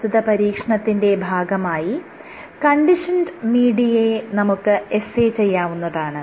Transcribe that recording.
പ്രസ്തുത പരീക്ഷണത്തിന്റെ ഭാഗമായി കണ്ടീഷൻഡ് മീഡിയയെ നമുക്ക് എസ്സേ ചെയ്യാവുന്നതാണ്